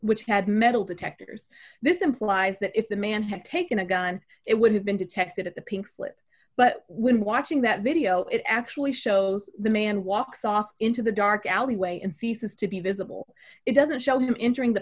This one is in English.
which had metal detectors this implies that if the man had taken a gun it would have been detected at the pink slip but when watching that video it actually shows the man walks off into the dark alleyway and ceases to be visible it doesn't show him injuring the